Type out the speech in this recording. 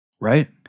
Right